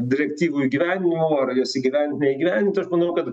direktyvų įgyvendinimu ar juos įgyvendint neįgyvendint tai aš manau kad